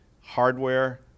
hardware